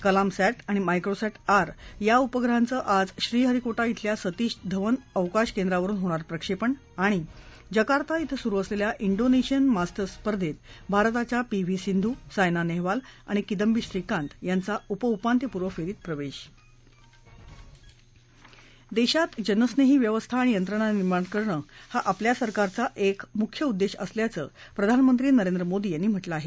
Kalam sat आणि Microsat R या उपग्रहांचं आज श्रीहरीकोटा इथल्या सतीश धवन अवकाश केंद्रावरून होणार प्रक्षेपण जकार्ता इथं सुरू असलेल्या इंडोनेशीयन मास्टर्स स्पर्धेत भारताच्या पी व्ही सिंधु सायना नेहवाल आणि किदांबी श्रीकांत यांचा उपउपान्त्यपूर्व फेरीत प्रवेश देशात जनस्नेही व्यवस्था आणि यंत्रणा निर्माण करणं हा आपल्या सरकारचा एक मुख्य उद्देश असल्याचं प्रधानमंत्री नरेंद्र मोदी यांनी म्हटलं आहे